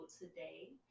today